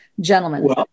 gentlemen